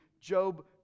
Job